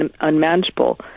unmanageable